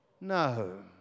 No